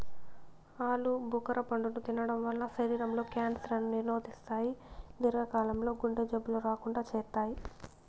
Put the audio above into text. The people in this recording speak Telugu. ఆలు భుఖర పండును తినడం వల్ల శరీరం లో క్యాన్సర్ ను నిరోధిస్తాయి, దీర్ఘ కాలం లో గుండె జబ్బులు రాకుండా చేత్తాయి